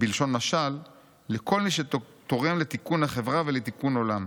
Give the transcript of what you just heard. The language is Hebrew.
בלשון משל לכל מי שתורם לתיקון החברה ולתיקון עולם.